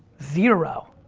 zero.